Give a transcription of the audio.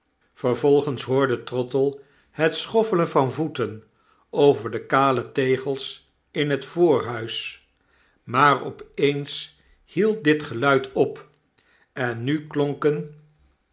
vervolgens hoorde trottle het schoffelen van voeten over de kale tegels in het voorhuis maar op eens hield dit geluid op en nu klonken